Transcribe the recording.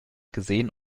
gesehen